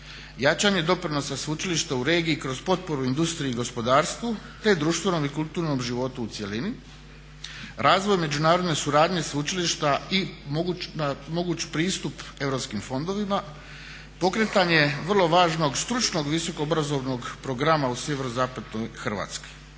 jačanje doprinosa sveučilišta u regiji kroz potporu industriji i gospodarstvu te društvenom i kulturnom životu u cjelini, razvoj međunarodne suradnje sveučilišta i moguć pristup europskim fondovima, pokretanje vrlo važnog stručnog visokoobrazovnog programa u sjeverozapadnoj Hrvatskoj.